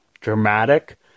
dramatic